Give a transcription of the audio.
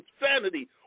insanity